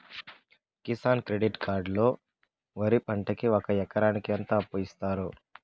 Kisan credit card లో వరి పంటకి ఒక ఎకరాకి ఎంత అప్పు ఇస్తారు?